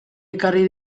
ekarri